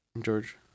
George